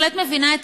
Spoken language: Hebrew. חברים,